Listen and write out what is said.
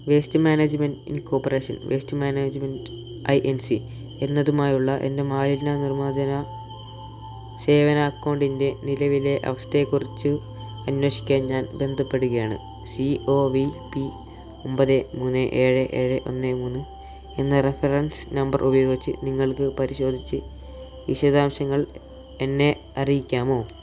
waste management incorporation waste management I N C എന്നതുമായുള്ള എൻ്റെ മാലിന്യ നിർമാർജന സേവന അക്കൗണ്ടിൻ്റെ നിലവിലെ അവസ്ഥയെക്കുറിച്ച് അന്വേഷിക്കാൻ ഞാൻ ബന്ധപ്പെടുകയാണ് സി ഒ വി പി ഒമ്പത് മൂന്ന് ഏഴ് ഏഴെ ഒന്നെ മൂന്ന് എന്ന റഫറൻസ് നമ്പർ ഉപയോഗിച്ച് നിങ്ങൾക്ക് പരിശോധിച്ച് വിശദാംശങ്ങൾ എന്നെ അറിയിക്കാമോ